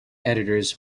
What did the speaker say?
editors